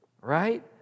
right